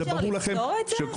אי אפשר לפתור את זה?